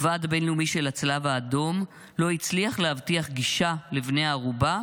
הוועד הבין-לאומי של הצלב האדום לא הצליח להבטיח גישה לבני הערובה